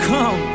Come